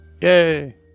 Yay